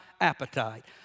appetite